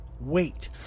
wait